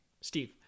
Steve